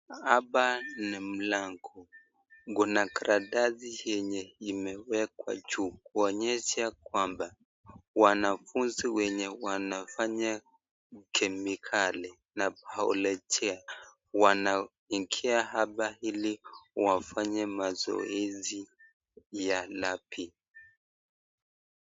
Hapa ni mlango. Kuna karatasi yenye imeekwa juu kuonyesha kwamba wanafuzi wenye wanafanya kemikali na biologia wanaingia hapa ili wafanye mazoezi ya labi .